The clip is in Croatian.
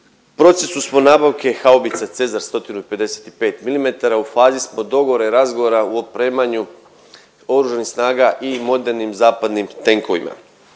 procesu smo nabavke haubice Cezar 155 milimetara, u fazi smo dogovora i razgovora u opremanju Oružanih snaga i modernim zapadnim tenkovima.